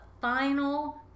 final